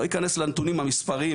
אני לא אכנס לנתונים המספריים,